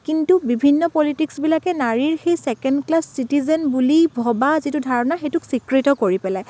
কিন্তু বিভিন্ন পলিটিকচবিলাকে নাৰীৰ সেই চেকেণ্ড ক্লাছ চিটিজেন বুলি ভবা যিটো ধাৰণা সেইটোক স্বীকৃত কৰি পেলায়